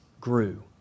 grew